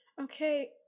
Okay